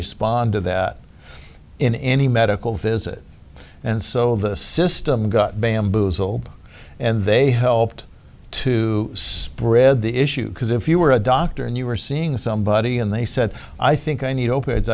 respond to that in any medical visit and so the system got bamboozled and they helped to spread the issue because if you were a doctor and you were seeing somebody and they said i think i need opiates